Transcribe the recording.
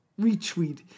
Retweet